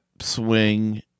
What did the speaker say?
swing